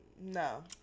No